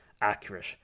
accurate